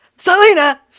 Selena